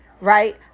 right